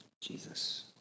Jesus